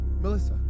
Melissa